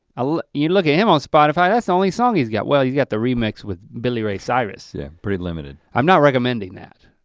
ah you look at him on spotify and that's the only song he's got, well, you got the remix with billy ray cyrus. yeah, pretty limited. i'm not recommending that.